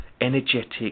energetic